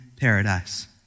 paradise